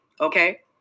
Okay